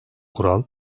kural